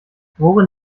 worin